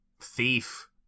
thief